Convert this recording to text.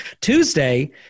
Tuesday